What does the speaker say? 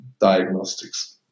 diagnostics